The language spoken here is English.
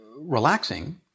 relaxing